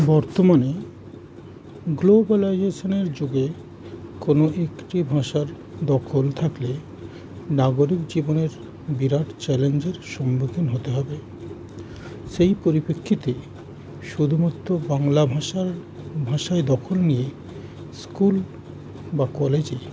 বর্তমানে গ্লোবালাইজেশানের যুগে কোনো একটি ভাষার দখল থাকলে নাগরিক জীবনের বিরাট চ্যালেঞ্জের সম্মুখীন হতে হবে সেই পরিপেক্ষিতে শুধুমাত্র বাংলা ভাষার ভাষায় দখল নিয়ে স্কুল বা কলেজে